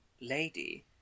lady